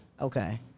Okay